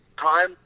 time